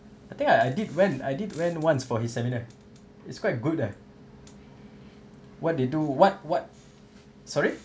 I think I did went I did went once for his seminar is quite good ah what they do what what sorry